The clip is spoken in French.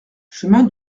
chemin